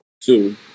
Two